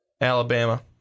Alabama